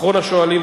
אחרון השואלים,